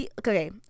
okay